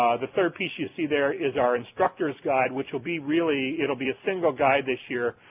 the third piece you see there is our instructors guide, which will be really, it will be a single guide this year,